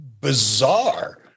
bizarre